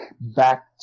back